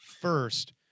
first